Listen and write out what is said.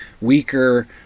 weaker